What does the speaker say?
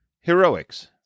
Heroics